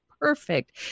perfect